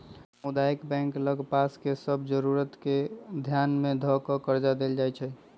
सामुदायिक बैंक लग पास के सभ जरूरत के ध्यान में ध कऽ कर्जा देएइ छइ